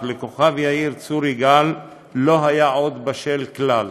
לכוכב יאיר צור יגאל עדיין לא היה בשל כלל.